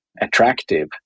attractive